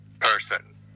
person